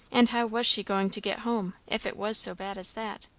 and how was she going to get home, if it was so bad as that?